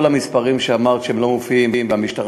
כל המספרים שאמרת שהם לא מופיעים והמשטרה